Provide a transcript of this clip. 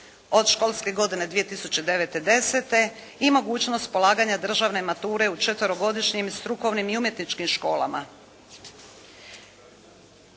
od školske godine 2009., desete i mogućnost polaganja državne mature u četverogodišnjim strukovnim i umjetničkim školama.